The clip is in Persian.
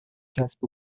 کسب